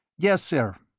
yes, sir.